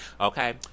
okay